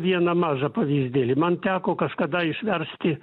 vieną mažą pavyzdėlį man teko kažkada išversti